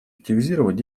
активизировать